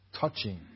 touching